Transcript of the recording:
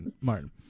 Martin